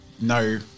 No